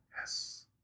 Yes